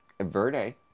Verde